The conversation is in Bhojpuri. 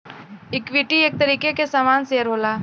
इक्वीटी एक तरीके के सामान शेअर होला